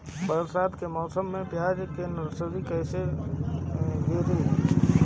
बरसात के मौसम में प्याज के नर्सरी कैसे गिरी?